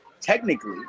Technically